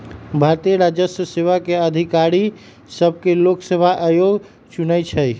भारतीय राजस्व सेवा के अधिकारि सभके लोक सेवा आयोग चुनइ छइ